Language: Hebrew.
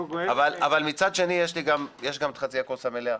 אבל מצד שני יש גם את חצי הכוס המלאה.